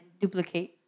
duplicate